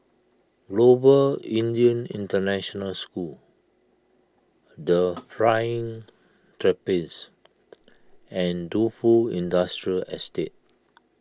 Global Indian International School the Flying Trapeze and Defu Industrial Estate